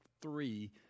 three